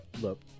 look